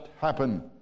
happen